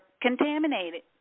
contaminated